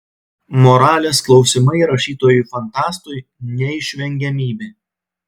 moralės klausimai rašytojui fantastui neišvengiamybė